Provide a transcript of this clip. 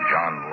John